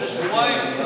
לפני שבועיים?